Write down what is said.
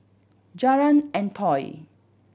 Jalan Antoi